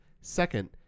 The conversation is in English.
second